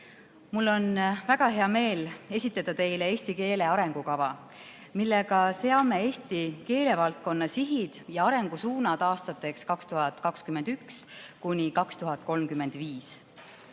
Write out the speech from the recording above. Mul on väga hea meel esitleda teile eesti keele arengukava, millega seame Eesti keelevaldkonna sihid ja arengusuunad aastateks 2021–2035.